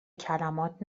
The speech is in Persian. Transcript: کلمات